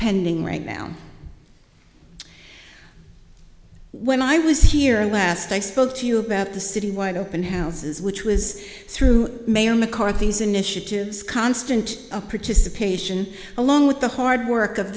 pending right now when i was here last i spoke to you about the city wide open houses which was through mayor mccarthy's initiatives constant participation along with the hard work of